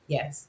Yes